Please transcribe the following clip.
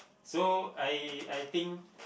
so I I think